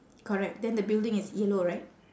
correct then the building is yellow right